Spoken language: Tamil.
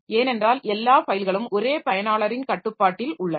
ஏனென்றால் எல்லா ஃபைல்களும் ஒரே பயனாளரின் கட்டுப்பாட்டில் உள்ளன